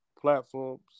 platforms